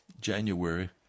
January